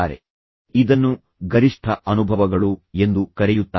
ಮತ್ತು ಅವರ ನಮ್ರತೆಯ ಹೊರತಾಗಿ ಅವರು ಇದನ್ನು ಗರಿಷ್ಠ ಅನುಭವಗಳು ಎಂದು ಕರೆಯುತ್ತಾರೆ